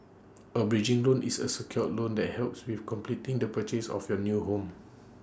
A bridging loan is A secured loan that helps with completing the purchase of your new home